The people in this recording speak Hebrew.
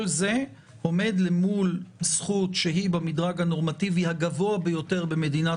כל זה עומד למול זכות שהיא במדרג הנורמטיבי הגבוה ביותר במדינת